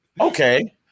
okay